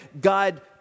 God